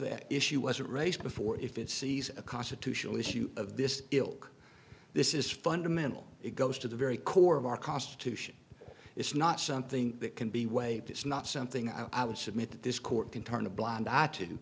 that issue wasn't raised before if it sees a constitutional issue of this ilk this is fundamental it goes to the very core of our constitution it's not something that can be waived it's not something i would submit that this court can turn a blind eye to